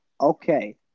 Okay